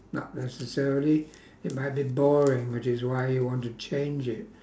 not necessarily it might be boring which is why you want to change it